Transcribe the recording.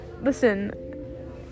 Listen